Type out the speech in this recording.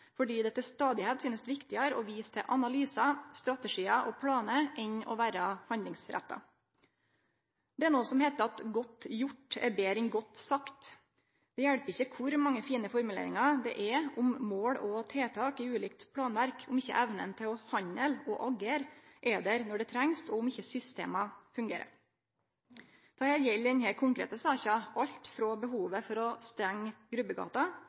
fordi det til stadigheit synest viktigare å vise til analysar, strategiar og planar enn å vere handlingsretta. Det er noko som heiter at godt gjort er betre enn godt sagt. Det hjelper ikkje kor mange fine formuleringar det er om mål og tiltak i ulike planverk, om ikkje evna til å handle og agere er der når det trengst, og om ikkje systema fungerer. Og her gjeld det i denne konkrete saka alt frå behovet for å stengje Grubbegata